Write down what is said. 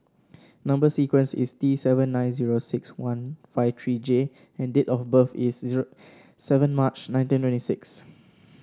number sequence is T seven nine zero six one five three J and date of birth is zero seven March nineteen twenty six